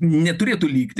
neturėtų likti